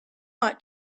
ought